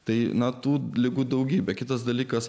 tai na tų ligų daugybė kitas dalykas